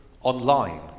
online